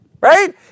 Right